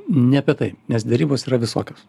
ne apie tai nes derybos yra visokios